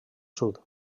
sud